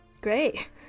great